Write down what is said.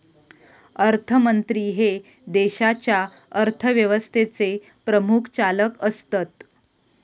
अर्थमंत्री हे देशाच्या अर्थव्यवस्थेचे प्रमुख चालक असतत